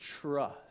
trust